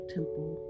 Temple